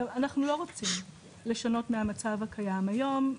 אנחנו לא רוצים לשנות את המצב הקיים היום.